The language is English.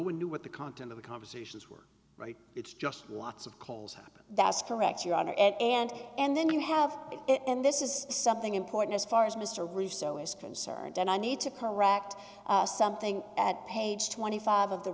one knew what the content of the conversations were right it's just lots of calls that's correct your honor and and then you have it and this is something important as far as mr russo is concerned and i need to correct something at page twenty five of the